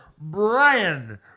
Brian